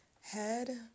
Head